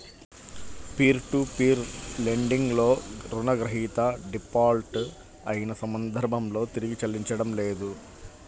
peer to peer lending లో రుణగ్రహీత default అయిన సందర్భంలో తిరిగి చెల్లించడం లేదు